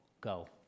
go